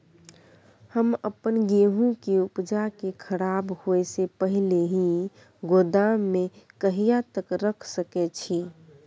हम अपन गेहूं के उपजा के खराब होय से पहिले ही गोदाम में कहिया तक रख सके छी?